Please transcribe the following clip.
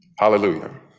Hallelujah